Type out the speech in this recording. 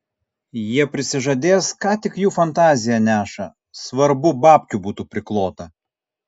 jie prisižadės ką tik jų fantazija neša svarbu babkių būtų priklota